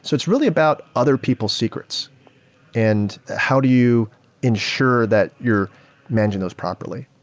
so it's really about other people's secrets and how do you ensure that you're managing those properly.